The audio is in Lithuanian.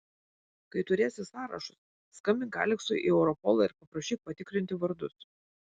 kai turėsi sąrašus skambink aleksui į europolą ir paprašyk patikrinti vardus